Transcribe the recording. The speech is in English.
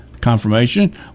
confirmation